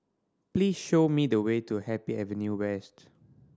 please show me the way to Happy Avenue West